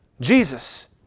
Jesus